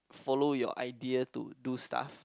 follow your idea to do stuff